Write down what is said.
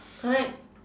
correct